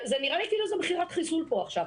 זה נראה לי כאילו זה מכירת חיסול פה עכשיו.